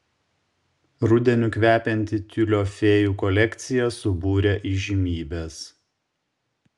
rudeniu kvepianti tiulio fėjų kolekcija subūrė įžymybes